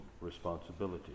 responsibility